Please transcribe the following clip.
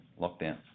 lockdown